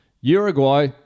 Uruguay